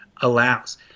allows